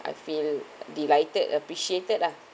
I feel delighted appreciated ah